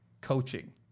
coaching